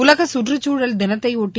உலக கற்றுச்சூழல் தினத்தை ஒட்டி